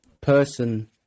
person